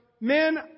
men